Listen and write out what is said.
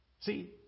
See